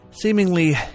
seemingly